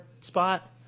spot